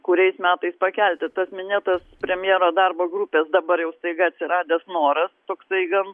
kuriais metais pakelti tas minėtas premjero darbo grupės dabar jau staiga atsiradęs noras toksai gan